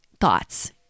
thoughts